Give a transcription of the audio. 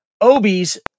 Obi's